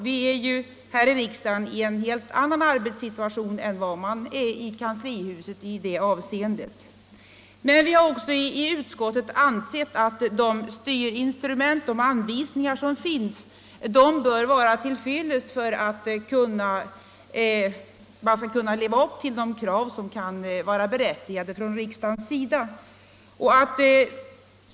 Vi har ju här i riksdagen en helt annan arbetssituation än man har i kanslihuset i det avseendet. Men vi har också i utskottet ansett att de anvisningar som finns bör vara tillräckliga styrinstrument för att man skall kunna leva upp till berättigade krav från riksdagens sida.